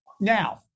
Now